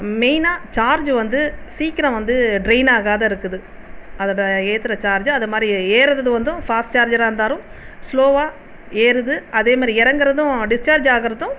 மெய்னாக சார்ஜ் வந்து சீக்கரம் வந்து ட்ரெயின் ஆகாத இருக்குது அதோடய ஏற்றுற சார்ஜ் அதேமாதிரி ஏறுறது வந்தும் ஃபாஸ்ட் சார்ஜராக இருந்தாலும் ஸ்லோவாக ஏறுது அதேமாதிரி இறங்குறதும் டிஸ்சார்ஜ் ஆகுறதும்